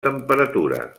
temperatura